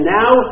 now